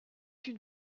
une